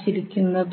നിർണ്ണയിക്കും